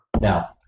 now